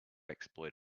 exploit